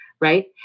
right